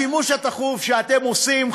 השימוש התכוף שאתם עושים,